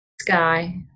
Sky